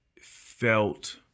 felt